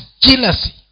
jealousy